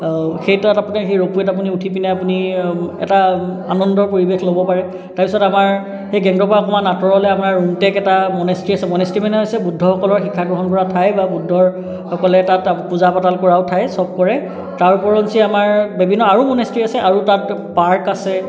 সেই তাত আপুনি সেই ৰোপৱে'ত আপুনি উঠি পিনে আপুনি এটা আনন্দৰ পৰিৱেশ ল'ব পাৰে তাৰপিছত আমাৰ সেই গেংটকৰ অকণমান আঁতৰলৈ আপোনাৰ গোটেকেইটা ম'নেষ্টেৰী আছে ম'নেষ্টেৰী মানে হৈছে বুদ্ধসকলৰ শিক্ষাগ্ৰহণ কৰা ঠাই বা বুদ্ধৰ সকলে তাত পূজা পাতল কৰাও ঠাই সব কৰে তাৰ ওপৰঞ্চি আমাৰ বিভিন্ন আৰু ম'নেষ্টেৰী আছে আৰু তাত পাৰ্ক আছে